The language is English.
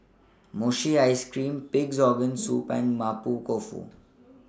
Mochi Ice Cream Pig'S Organ Soup and Mapo Tofu